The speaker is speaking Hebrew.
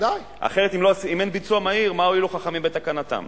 אחרת, אם אין ביצוע מהיר, מה הועילו חכמים בתקנתם?